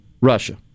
Russia